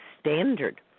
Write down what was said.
standard